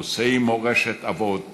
נושאי מורשת אבות